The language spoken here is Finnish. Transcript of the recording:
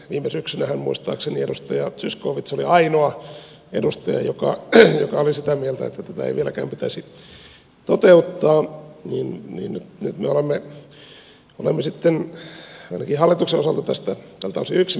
viime syksynähän muistaakseni edustaja zyskowicz oli ainoa edustaja joka oli sitä mieltä että tätä ei vieläkään pitäisi toteuttaa ja nyt me olemme sitten ainakin hallituksen osalta tältä osin yksimielisiä